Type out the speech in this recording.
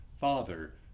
father